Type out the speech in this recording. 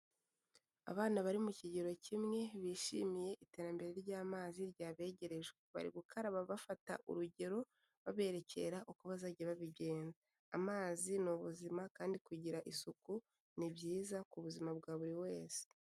Abana bari mu kigero kimwe bishimiye iterambere ry'amazi ryabegerejwe. Bari gukaraba bafata urugero baberekera uko bazajya babigenza. Amazi ni ubuzima kandi kugira isuku ni byiza ku buzima bwa buri wese.